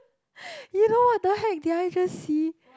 you know what the heck did I just see